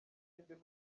ikindi